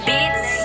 Beats